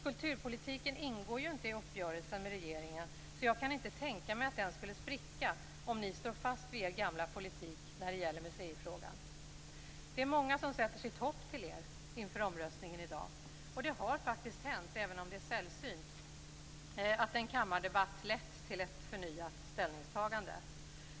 Kulturpolitiken ingår inte i uppgörelsen med regeringen, så jag kan inte tänka mig att den skulle spricka om ni står fast vid er gamla politik när det gäller museifrågan. Det är många som sätter sitt hopp till er inför omröstningen i morgon. Det har faktiskt hänt, även om det är sällsynt, att en kammardebatt lett till ett förnyat ställningstagande.